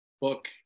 book